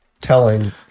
telling